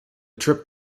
trip